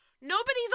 Nobody's